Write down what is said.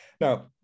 Now